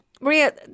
Maria